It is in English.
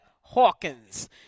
Hawkins